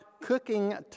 cooking